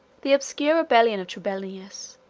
the obscure rebellion of trebellianus,